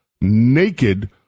naked